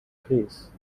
case